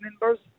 members